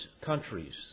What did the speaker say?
countries